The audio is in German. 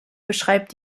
beschreibt